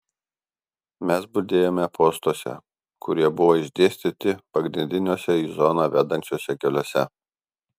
mes budėjome postuose kurie buvo išdėstyti pagrindiniuose į zoną vedančiuose keliuose